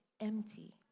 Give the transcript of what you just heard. empty